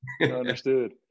Understood